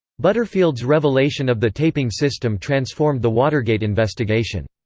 butterfield's revelation of the taping system transformed the watergate investigation.